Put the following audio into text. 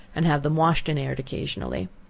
and have them washed and aired occasionally.